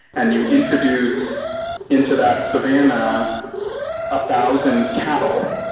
and you introduce into that savanna a thousand cattle,